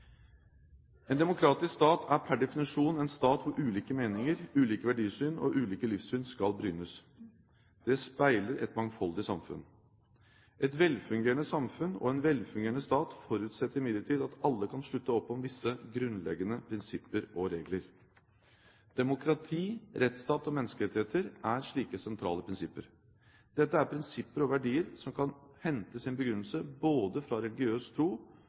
En demokratisk stat er per definisjon en stat hvor ulike meninger, ulike verdisyn og ulikt livssyn skal brynes. Den speiler et mangfoldig samfunn. Et velfungerende samfunn og en velfungerende stat forutsetter imidlertid at alle kan slutte opp om visse grunnleggende prinsipper og regler. Demokrati, rettsstat og menneskerettigheter er slike sentrale prinsipper. Dette er prinsipper og verdier som kan hente sin begrunnelse både fra religiøs tro